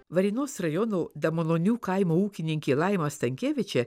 varėnos rajono damalonių kaimo ūkininkė laima stankevičė